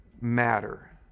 matter